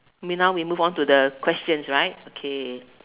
mean now we move on to the questions right okay